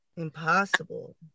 Impossible